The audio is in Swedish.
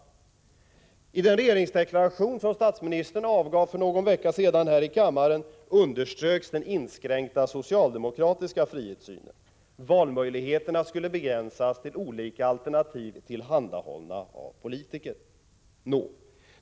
Å andra sidan underströks i den regeringsdeklaration som statsministern avgav för någon vecka sedan här i kammaren den inskränkta socialdemokratiska frihetssynen. Valmöjligheterna skulle begränsas till olika alternativ tillhandahållna av politiker.